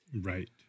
Right